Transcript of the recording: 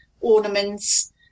ornaments